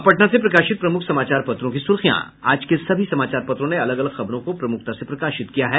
अब पटना से प्रकाशित प्रमुख समाचार पत्रों की सुर्खियां आज के सभी समाचार पत्रों ने अलग अलग खबरों को प्रमुखता से प्रकाशित किया है